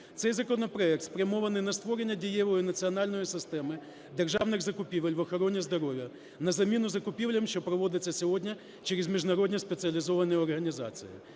Цей законопроект спрямований на створення дієвої національної системи державних закупівель в охороні здоров'я на заміну закупівлям, що проводяться сьогодні через міжнародні спеціалізовані організації.